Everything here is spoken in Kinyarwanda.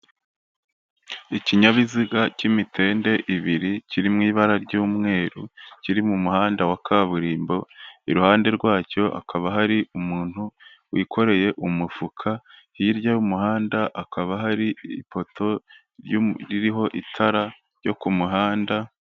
Ikinyabiziga cy'imitende ibiri kiri mu ibara ry'umweru kiri mu muhanda wa kaburimbo iruhande rwacyo hakaba hari umuntu wikoreye umufuka hirya y'umuhanda hakaba hari ipoto ririho itara ryo ku muhanda